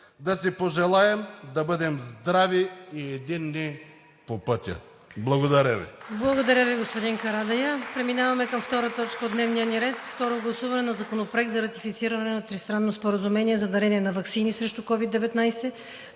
Да си пожелаем да бъдем здрави и единни по пътя! Благодаря Ви.